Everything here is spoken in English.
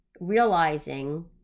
realizing